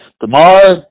tomorrow